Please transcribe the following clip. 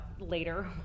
later